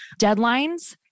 deadlines